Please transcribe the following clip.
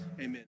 Amen